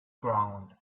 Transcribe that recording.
ground